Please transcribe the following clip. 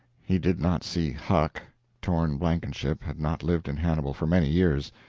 he did not see huck torn blankenship had not lived in hannibal for many years.